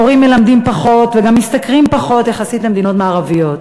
מורים מלמדים פחות וגם משתכרים פחות יחסית למדינות מערביות.